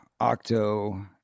Octo